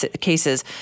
cases